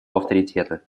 авторитета